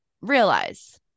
realize